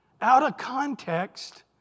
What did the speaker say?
out-of-context